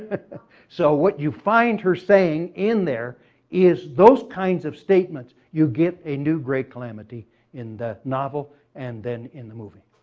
but so what you find her saying in there is those kinds of statements. you get a new gray calamity in the novel, and then in the movie.